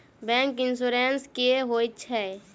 Bank insurance की होइत छैक?